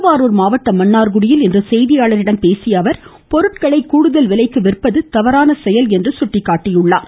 திருவாரூர் மாவட்டம் மன்னா்குடியில் இன்று செய்தி யாளர்களிடம் பேசிய அவர் பொருட்களை கூடுதல் விலைக்கு விற்பது தவறான செயல் என்று கூறினார்